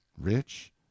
rich